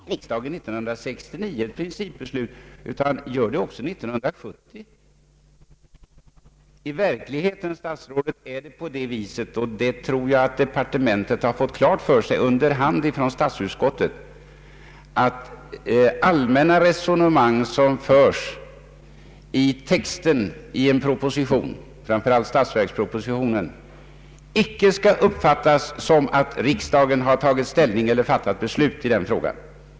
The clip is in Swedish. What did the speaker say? Herr talman! Statsrådet Carlsson tycker sig höra tongångar från svunna tider. Vi skall ta upp den diskussionen om en stund; jag skall ta sakfrågan först. Statsrådet säger att han två gånger — tydligen för säkerhets skull — har underställt riksdagen principbeslut. Bara detta, herr statsråd, är något märkligt, att man inte ens var nöjd med att 1969 underställa riksdagen ett principbeslut utan gör det också 1970. I verkligheten, herr statsråd, är det så detta tror jag att departementet har fått klart för sig under hand från statsutskottet — att allmänna resonemang som förs i texten i en proposition, framför allt statsverkspropositionen, inte skall uppfattas som att riksdagen har tagit ställning eller fattat beslut i en fråga.